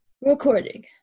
Recording